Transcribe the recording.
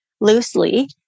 loosely